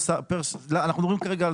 אנחנו מדברים כרגע על